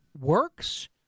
works